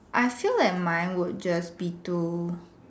I feel that mine would just be do